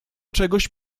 czegoś